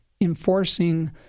enforcing